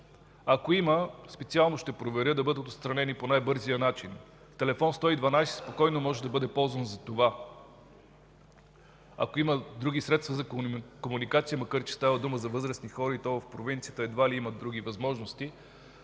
Ако има, специално ще проверя – да бъдат отстранени по най-бързия начин. Телефон 112 спокойно може да бъде ползван за това, ако има, и други средства за комуникация, макар че става дума за възрастни хора, и то в провинцията – едва ли имат други възможности.